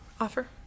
offer